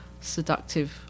seductive